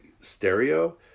stereo